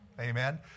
Amen